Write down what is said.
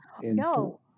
No